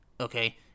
Okay